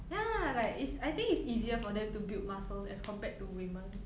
ya like it's I think it's easier for them to build muscles as compared to women